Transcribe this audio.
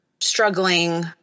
struggling